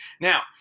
Now